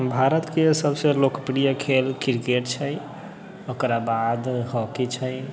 भारतके सबसँ लोकप्रिय खेल किरकेट छै ओकराबाद हॉकी छै